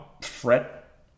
fret